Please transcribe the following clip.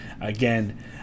again